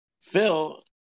Phil